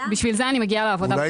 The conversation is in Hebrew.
בשביל זה אני מגיעה לעבודה.